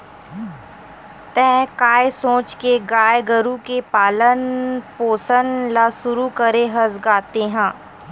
त काय सोच के गाय गरु के पालन पोसन ल शुरू करे हस गा तेंहा?